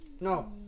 No